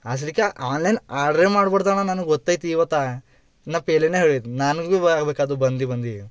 ಅಸಲಿಗೆ ಆನ್ಲೈನ್ ಆರ್ಡ್ರೇ ಮಾಡ್ಬಾರ್ದಣ್ಣ ನನ್ಗೆ ಗೊತ್ತಾಯ್ತು ಈವತ್ತು ನಾ ಪೆಹ್ಲೆನೆ ಹೇಳಿದ್ದೆ ನನಗೂ ಬರ್ಬೇಕಾದು ಬಂದು ಬಂದು